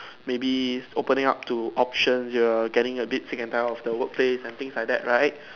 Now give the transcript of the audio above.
maybe opening up to options you're getting a bit sick and tired of the workplace and things like that right